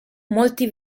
molti